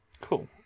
Cool